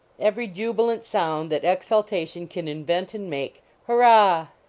every jubilant sound that exultation can invent and make hurrah!